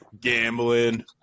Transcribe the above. gambling